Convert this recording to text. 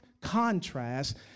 contrast